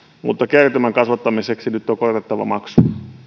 mutta kertymän kasvattamiseksi nyt on korotettava maksuja